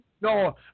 No